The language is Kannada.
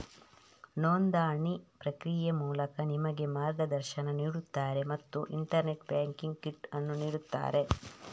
ನೋಂದಣಿ ಪ್ರಕ್ರಿಯೆಯ ಮೂಲಕ ನಿಮಗೆ ಮಾರ್ಗದರ್ಶನ ನೀಡುತ್ತಾರೆ ಮತ್ತು ಇಂಟರ್ನೆಟ್ ಬ್ಯಾಂಕಿಂಗ್ ಕಿಟ್ ಅನ್ನು ನೀಡುತ್ತಾರೆ